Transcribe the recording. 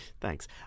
Thanks